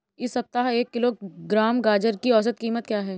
इस सप्ताह एक किलोग्राम गाजर की औसत कीमत क्या है?